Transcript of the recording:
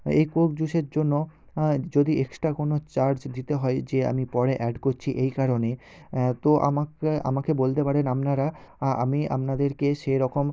এই কোক জুসের জন্য যদি এক্সট্রা কোনও চার্জ দিতে হয় যে আমি পরে অ্যাড করছি এই কারণে তো আমাক আমাকে বলতে পারেন আপনারা আমি আপনাদেরকে সেরকম